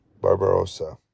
Barbarossa